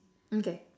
okay